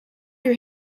your